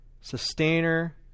sustainer